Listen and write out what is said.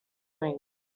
wings